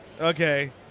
Okay